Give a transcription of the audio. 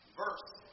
verse